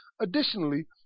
Additionally